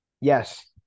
Yes